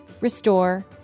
restore